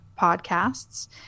podcasts